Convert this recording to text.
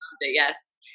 Yes